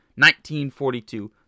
1942